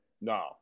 No